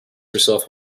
herself